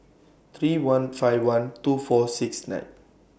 three one five one two four six nine